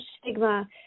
stigma